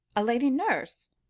a lady nurse?